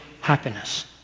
happiness